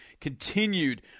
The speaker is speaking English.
continued